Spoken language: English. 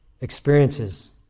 experiences